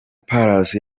palace